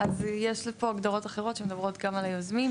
אז יש פה הגדרות אחרות שמדברות גם על היוזמים.